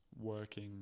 working